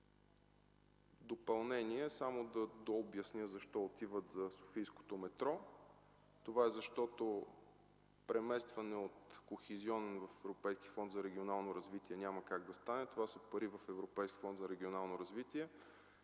допълнение само да дообясня защо отиват за софийското метро. Това е, защото преместване от Кохезионен в Европейски фонд за регионално развитие няма как да стане. Това са пари в Европейския фонд за регионално развитие.